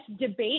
debate